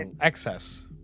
Excess